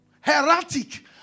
Heretic